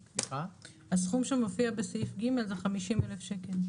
הסכום שמופיע בסעיף ג' הוא 50,000 שקל.